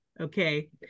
Okay